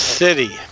city